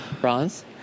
Bronze